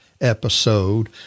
episode